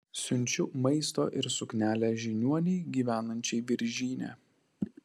siunčiu maisto ir suknelę žiniuonei gyvenančiai viržyne